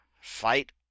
Fight